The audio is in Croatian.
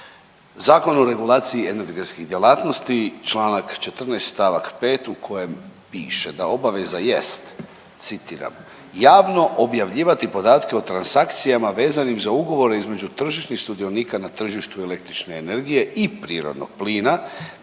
Zakon o regulaciji energetskih djelatnosti čl. 14. st. 5. u kojem piše da obaveza jest, citiram: „javno objavljivati podatke o transakcijama vezanim za ugovore između tržišnih sudionika na tržištu električne energije i prirodnog plina